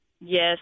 Yes